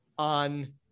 on